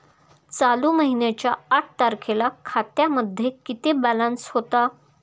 चालू महिन्याच्या आठ तारखेला खात्यामध्ये किती बॅलन्स होता?